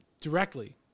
directly